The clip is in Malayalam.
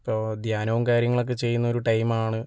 അപ്പോൾ ധ്യാനവും കാര്യങ്ങളൊക്കെ ചെയ്യുന്ന ഒരു ടൈമാണ്